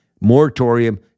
moratorium